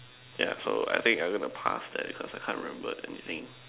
yeah so I think I'm going to pass that because I can't remember anything